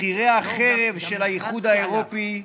שכירי החרב של האיחוד האירופי,